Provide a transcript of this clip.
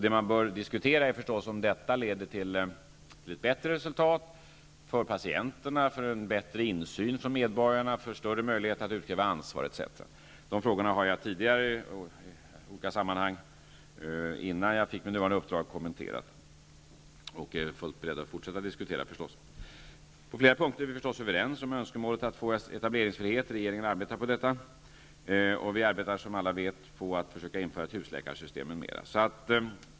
Det man bör diskutera är förstås om detta leder till ett bättre resultat för patienterna, till bättre insyn för medborgarna, till större möjlighet att utkräva ansvar etc. De frågorna har jag tidigare, innan jag fick mitt nuvarande uppdrag, kommenterat i olika sammanhang och är givetvis fullt beredd att fortsätta att diskutera dem. På flera punkter är vi överens, t.ex. om önskemålet att få etableringsfrihet. Regeringen arbetar på detta. Som alla vet arbetar vi också på att försöka införa ett husläkarsystem, m.m.